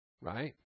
right